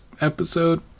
episode